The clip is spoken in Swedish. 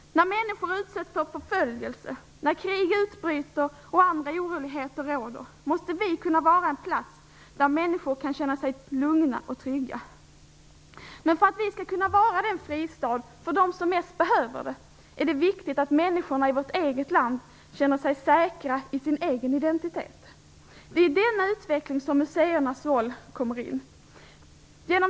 När människor utsätts för förföljelse, när krig bryter ut och andra oroligheter råder måste vårt land kunna vara en plats där människor kan känna sig lugna och trygga. Men för att vi skall kunna erbjuda denna fristad för dem som mest behöver det är det viktigt att människorna i vårt eget land känner sig säkra i sin egen identitet. Det är i denna utveckling som museernas roll kommer in.